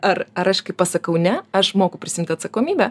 ar ar aš kai pasakau ne aš moku prisiimti atsakomybę